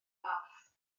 mawrth